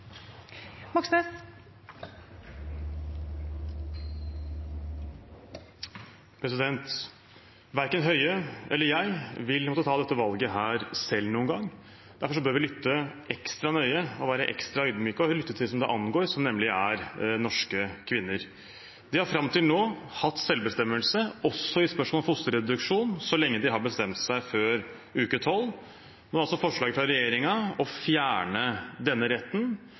Moxnes – til oppfølgingsspørmsål. Verken Høie eller jeg vil måtte ta dette valget selv noen gang – derfor bør vi lytte ekstra nøye og være ekstra ydmyke og lytte til dem det angår, nemlig norske kvinner. De har fram til nå hatt selvbestemmelse også i spørsmål om fosterreduksjon så lenge de har bestemt seg før uke 12. Nå er altså forslaget fra regjeringen å fjerne denne retten.